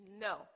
No